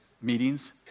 meetings